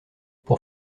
pour